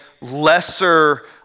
lesser